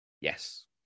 Yes